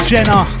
Jenna